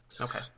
Okay